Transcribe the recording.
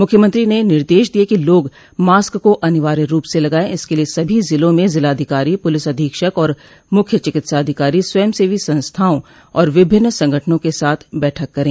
मुख्यमंत्री ने निर्देश दिये कि लोग मास्क को अनिवार्य रूप से लगाये इसके लिये सभी ज़िलों में ज़िलाधिकारी पुलिस अधीक्षक और मुख्य चिकित्साधिकारी स्वयंसेवी संस्थाओं और विभिन्न संगठनों के साथ बैठक करे